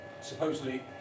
supposedly